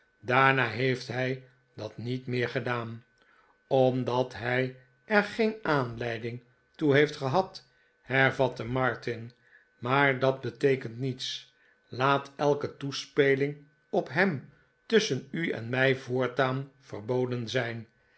daarna heeft hij dat niet meer gedaan omdat hij er geen aanleiding toe heeft gehad hervatte martin maar dat beteekent niets laat elke toespeling op hem tusschen u en mij voortaan verboden zijn